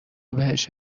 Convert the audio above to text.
بهش